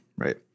Right